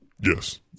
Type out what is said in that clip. Yes